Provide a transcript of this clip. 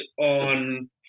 on